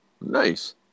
Nice